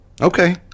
okay